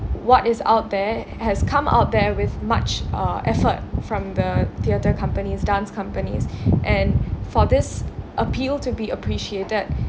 what is out there has come out there with much uh effort from the theatre companies dance companies and for this appeal to be appreciated